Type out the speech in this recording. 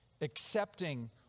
accepting